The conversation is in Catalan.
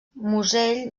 musell